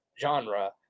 genre